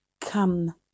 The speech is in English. Come